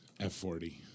F40